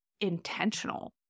intentional